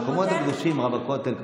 המקומות הקדושים, רב הכותל.